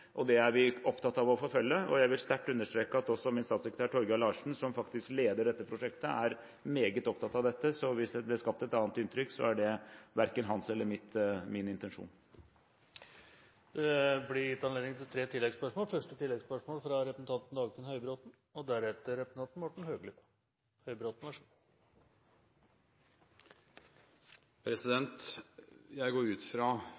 Det er vi opptatt av å forfølge. Jeg vil sterkt understreke at også min statssekretær Torgeir Larsen, som faktisk leder dette prosjektet, er meget opptatt av dette, så hvis det blir skapt et annet inntrykk, er det verken hans eller min intensjon. Det blir gitt anledning til tre oppfølgingsspørsmål – først Dagfinn Høybråten. Ut fra